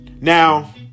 Now